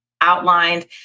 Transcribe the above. outlined